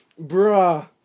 bruh